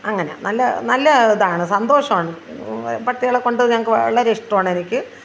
അങ്ങനെ നല്ല നല്ല ഇതാണ് സന്തോഷമാണ് പട്ടികളെ കൊണ്ട് ഞങ്ങൾക്കു വളരെ ഇഷ്ടമാണ് എനിക്ക്